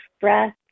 breath